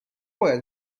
باید